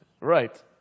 Right